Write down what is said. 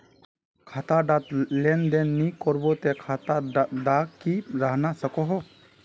खाता डात लेन देन नि करबो ते खाता दा की रहना सकोहो?